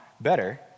better